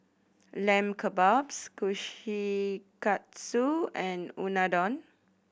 Lamb Kebabs Kushikatsu and Unadon